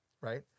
right